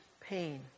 pain